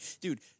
dude